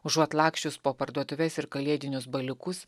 užuot laksčius po parduotuves ir kalėdinius baliukus